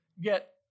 get